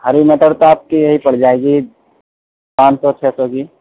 ہری مٹر تو آپ کی یہی پڑ جائے گی پانچ سو چھ سو کی